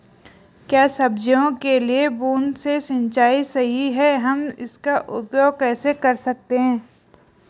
क्या सब्जियों के लिए बूँद से सिंचाई सही है हम इसका उपयोग कैसे कर सकते हैं?